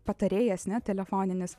patarėjas ne telefoninis